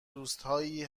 دوستایی